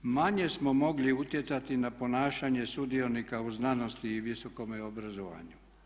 Manje smo mogli utjecati na ponašanje sudionika u znanosti i visokome obrazovanju.